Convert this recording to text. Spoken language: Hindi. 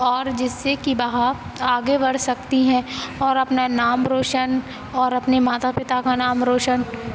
और जिससे कि वहा आगे बढ़ सकती है और अपने नाम रौशन और अपने माता पिता का नाम रौशन